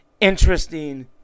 interesting